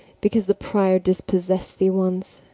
because the prior dispossess'd thee once,